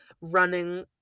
running